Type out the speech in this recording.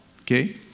Okay